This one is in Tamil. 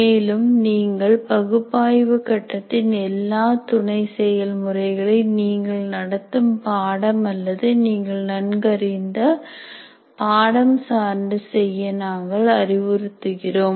மேலும் நீங்கள் பகுப்பாய்வு கட்டத்தின் எல்லாம் துணை செயல்முறைகளை நீங்கள் நடத்தும் பாடம் அல்லது நீங்கள் நன்கறிந்த பாடம் சார்ந்து செய்ய நாங்கள் அறிவுறுத்துகிறோம்